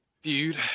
feud